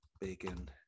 bacon